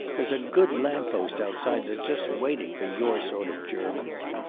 there's a good lamp-post outside that's just waiting for your sort of german.